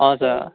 हजुर